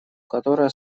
которая